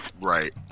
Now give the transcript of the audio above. right